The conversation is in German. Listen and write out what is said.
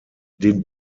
den